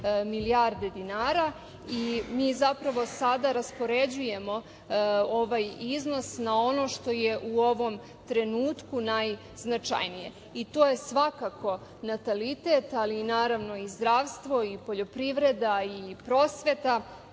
milijarde dinara i mi zapravo sada raspoređujemo ovaj iznos na ono što je u ovom trenutku najznačajnije i to je svakako natalitet, ali naravno i zdravstvo i poljoprivreda i prosveta,